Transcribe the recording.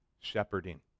shepherding